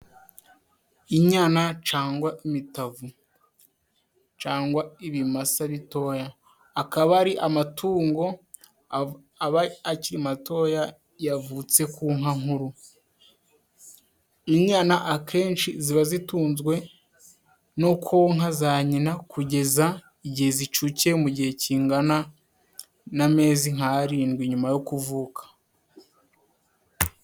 Inyana cangwa imitavu cangwa ibimasa bitoya, akaba ari amatungo aba akiri matoya yavutse ku nka nkuru. Inyana akenshi ziba zitunzwe no konka za nyina kugeza igihe zicukiye, mu gihe kingana n'amezi nk'arindwi nyuma yo kuvuka.